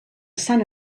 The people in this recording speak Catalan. sant